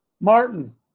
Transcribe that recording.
Martin